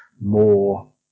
more